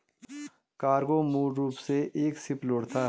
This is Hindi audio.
कार्गो मूल रूप से एक शिपलोड था